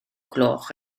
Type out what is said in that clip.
gloch